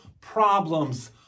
problems